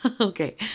Okay